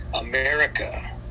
America